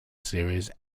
series